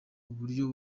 uburyo